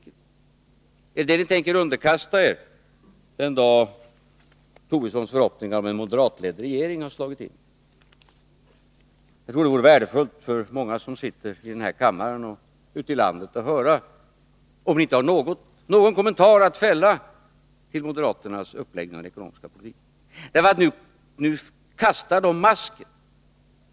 Är det den ni tänker underkasta er den dag då Lars Tobissons förhoppningar om en moderatledd regering har slagit in? Jag tror det vore värdefullt för många som sitter i den här kammaren och ute i landet att få höra om ni inte har någon kommentar att fälla till moderaternas uppläggning av den ekonomiska politiken. Nu kastar de masken.